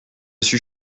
suis